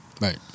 Right